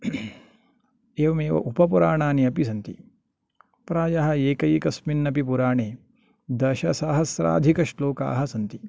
एवमेव उपपुराणानि अपि सन्ति प्रायः एकैकस्मिन् अपि पुराणे दशसहस्राधिकश्लोकाः सन्ति